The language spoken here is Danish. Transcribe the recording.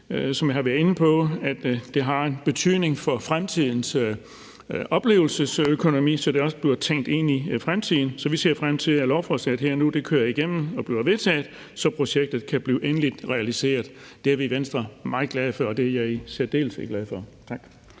som jeg har været inde på, at det har en betydning for fremtidens oplevelsesøkonomi, så det også bliver tænkt ind for fremtiden. Så vi ser frem til, at lovforslaget her og nu kører igennem og bliver vedtaget, så projektet kan blive endeligt realiseret. Det er vi i Venstre meget glade for, og det er jeg i særdeleshed glad for.